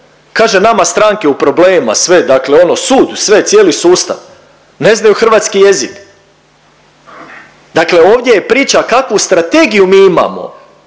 kaže nama stranke u problemima, sve dakle ono sud, sve, cijeli sustav, ne znaju hrvatski jezik. Dakle ovdje je priča kakvu strategiju mi imamo